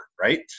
right